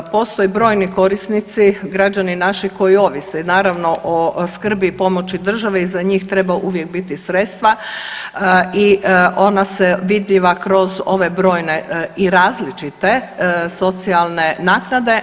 Postoje brojni korisnici, građani naši koji ovise naravno o skrbi i pomoći države i za njih treba uvijek biti sredstva i ona je vidljiva kroz ove brojne i različite socijalne naknade.